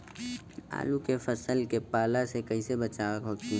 आलू के फसल के पाला से कइसे बचाव होखि?